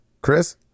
Chris